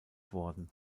worden